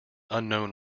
unknown